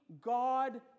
God